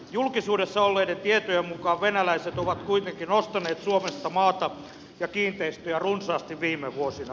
julkisuudessa olleiden tietojen mukaan venäläiset ovat kuitenkin ostaneet suomesta maata ja kiinteistöjä runsaasti viime vuosina